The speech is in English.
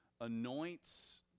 anoints